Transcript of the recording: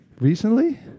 Recently